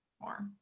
more